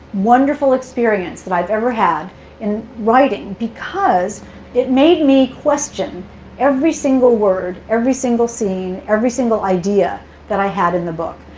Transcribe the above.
wonderful experience that i've ever had in writing, because it made me question every single word, every single scene, every single idea that i had in the book.